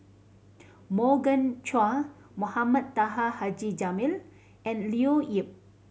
Morgan Chua Mohamed Taha Haji Jamil and Leo Yip